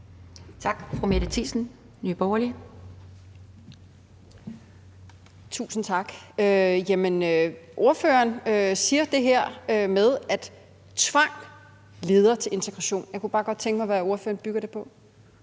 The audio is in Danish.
11:49 Mette Thiesen (NB): Tusind tak for det. Ordføreren siger det her med, at tvang leder til integration. Jeg kunne bare godt tænke mig at høre, hvad ordføreren bygger det på.